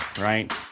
right